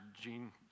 Gene